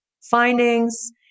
findings